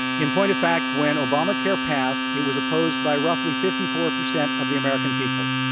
and point of fact, when obamacare passed, it was opposed by roughly fifty four percent of the american people.